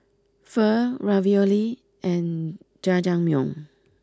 Pho Ravioli and Jajangmyeon